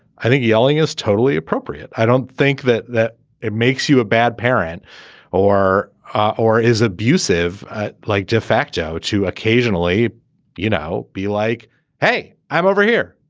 i think yelling is totally appropriate. i don't think that that it makes you a bad parent or or is abusive like de facto too occasionally you know be like hey i'm over here.